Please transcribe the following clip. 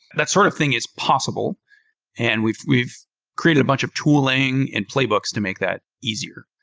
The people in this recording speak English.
that sort of thing is possible and we've we've created a bunch of tooling and playbooks to make that easier.